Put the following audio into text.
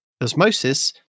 osmosis